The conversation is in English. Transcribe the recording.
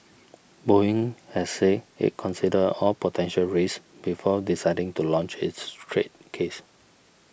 Boeing has said it considered all potential risks before deciding to launch its trade case